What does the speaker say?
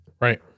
right